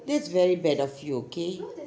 that's very bad of you okay